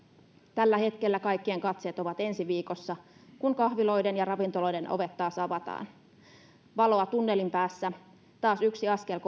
tällä hetkellä kaikkien katseet ovat ensi viikossa kun kahviloiden ja ravintoloiden ovet taas avataan valoa tunnelin päässä taas yksi askel